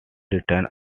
returns